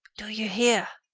do you hear?